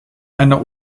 einer